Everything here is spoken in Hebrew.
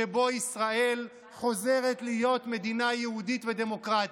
שבו ישראל חוזרת להיות מדינה יהודית ודמוקרטית.